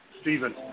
Stephen